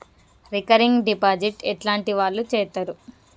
Recurring deposit ఎట్లాంటి వాళ్లు చేత్తరు?